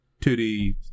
2D